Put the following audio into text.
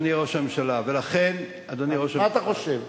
מה אתה חושב?